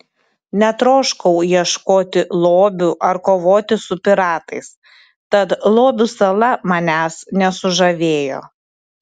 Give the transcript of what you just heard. netroškau ieškoti lobių ar kovoti su piratais tad lobių sala manęs nesužavėjo